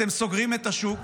אתם סוגרים את השוק,